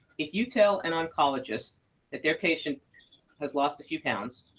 if you tell an oncologist that their patient has lost a few pounds,